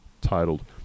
titled